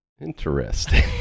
Interesting